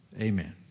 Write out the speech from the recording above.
Amen